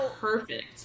perfect